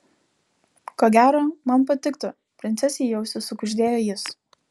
ko gero man patiktų princesei į ausį sukuždėjo jis